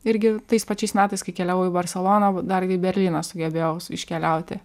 irgi tais pačiais metais kai keliavau į barseloną dar ir į berlyną sugebėjau iškeliauti